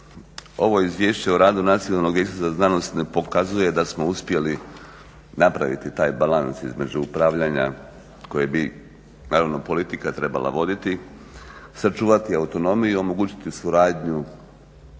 ovo Izvješće o radu Nacionalnog vijeća za znanost ne pokazuje da smo uspjeli napraviti taj balans između upravljanja koje bi naravno politika trebala voditi, sačuvati autonomiju i omogućiti suradnju